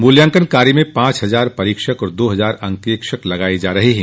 मुल्यांकन कार्य में पांच हजार परीक्षक और दो हजार अंकेक्षक लगाए जा रहे हैं